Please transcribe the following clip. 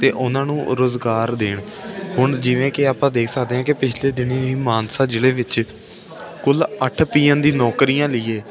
ਅਤੇ ਉਹਨਾਂ ਨੂੰ ਰੁਜ਼ਗਾਰ ਦੇਣ ਹੁਣ ਜਿਵੇਂ ਕਿ ਆਪਾਂ ਦੇਖ ਸਕਦੇ ਹਾਂ ਕਿ ਪਿਛਲੇ ਦਿਨੀ ਮਾਨਸਾ ਜ਼ਿਲ੍ਹੇ ਵਿੱਚ ਕੁੱਲ ਅੱਠ ਪੀਅਨ ਦੀ ਨੌਕਰੀਆਂ ਲੀਏ